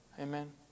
Amen